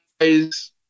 guys